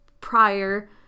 prior